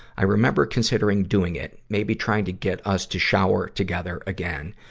i remember considering doing it, maybe trying to get us to shower together again,